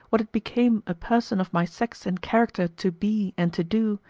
what it became a person of my sex and character to be and to do,